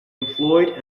employed